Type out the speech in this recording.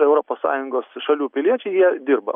europos sąjungos šalių piliečiai jie dirba